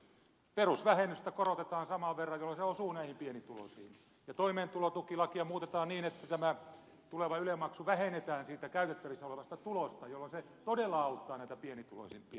perusvähennystä korotetaan saman verran jolloin se osuu näihin pienituloisiin ja toimeentulotukilakia muutetaan niin että tämä tuleva yle maksu vähennetään siitä käytettävissä olevasta tulosta jolloin se todella auttaa näitä pienituloisimpia